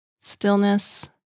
stillness